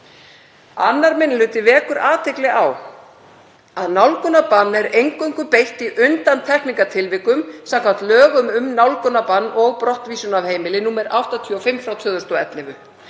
Annar minni hluti vekur athygli á að nálgunarbanni er eingöngu beitt í undantekningartilvikum samkvæmt lögum um nálgunarbann og brottvísun af heimili, nr. 85/2011.